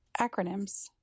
Acronyms